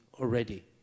already